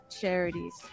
Charities